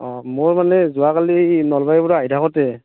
অঁ মোৰ মানে যোৱাকালি এই নলবাৰীৰপৰা আহি থাকোতে